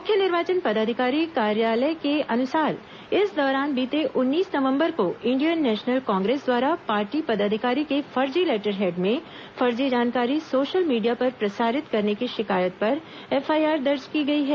मुख्य निर्वाचन पदाधिकारी कार्यालय के अनुसार इस दौरान बीते उन्नीस नवंबर को इंडियन नेशनल कांग्रेस द्वारा पार्टी पदाधिकारी के फर्जी लेटर हेड में फर्जी जानकारी सोशल मीडिया पर प्रसारित करने की शिकायत पर एफआईआर दर्ज की गई है